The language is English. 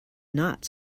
not